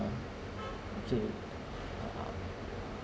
okay